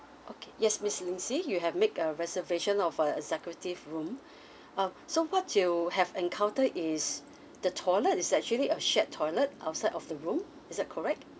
okay yes miss lindsay you have make a reservation of uh executive room uh so what you have encounter is the toilet is actually a shared toilet outside of the room is that correct